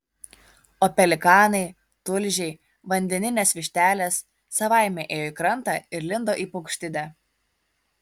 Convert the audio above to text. o pelikanai tulžiai vandeninės vištelės savaime ėjo į krantą ir lindo į paukštidę